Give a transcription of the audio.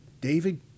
david